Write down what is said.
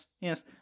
yes